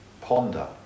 ponder